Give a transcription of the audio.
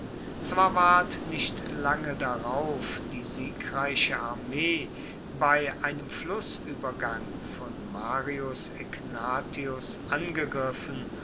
zwar ward nicht lange darauf die siegreiche armee bei einem flußübergang von marius egnatius angegriffen